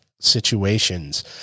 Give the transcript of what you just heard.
situations